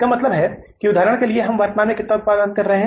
इसका मतलब है उदाहरण के लिए हम वर्तमान में कितना उत्पादन कर रहे हैं